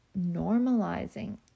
normalizing